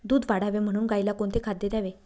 दूध वाढावे म्हणून गाईला कोणते खाद्य द्यावे?